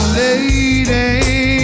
lady